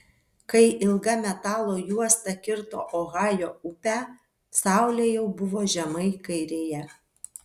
kai ilga metalo juosta kirto ohajo upę saulė jau buvo žemai kairėje